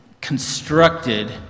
constructed